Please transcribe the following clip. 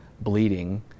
bleeding